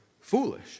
foolish